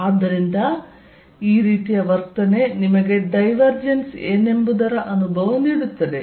ಆದ್ದರಿಂದ ಈ ರೀತಿಯ ವರ್ತನೆ ನಿಮಗೆ ಡೈವರ್ಜೆನ್ಸ್ ಏನೆಂಬುದರ ಅನುಭವ ನೀಡುತ್ತದೆ